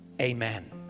amen